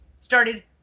started